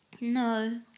No